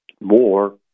more